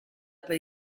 pas